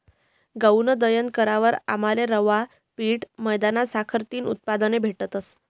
गऊनं दयन करावर आमले रवा, पीठ, मैदाना सारखा तीन उत्पादने भेटतस